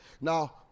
Now